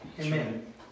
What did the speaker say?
Amen